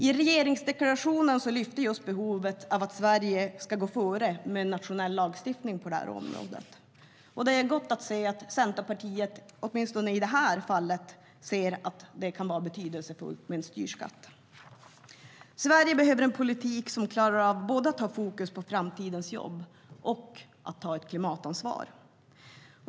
I regeringsdeklarationen lyfts fram behovet att Sverige ska gå före med nationell lagstiftning på det här området. Det känns gott att kunna säga att Centerpartiet, åtminstone i det här fallet, anser att det kan vara betydelsefullt med en styrskatt. Sverige behöver en politik som klarar av att både ha fokus på framtidens jobb och ta ett klimatansvar.